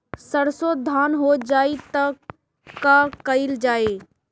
सरसो धन हो जाई त का कयील जाई?